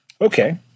Okay